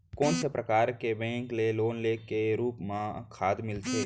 कोन से परकार के बैंक ले लोन के रूप मा खाद मिलथे?